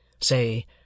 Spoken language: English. say